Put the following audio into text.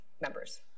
members